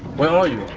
where are you?